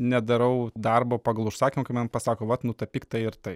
nedarau darbo pagal užsakymą kai man pasako vat nutapyk tai ir tai